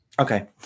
Okay